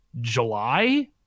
July